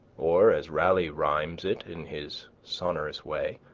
or, as raleigh rhymes it in his sonorous way